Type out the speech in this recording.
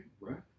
right